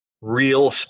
real